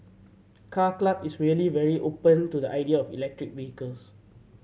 Car Club is really very open to the idea of electric vehicles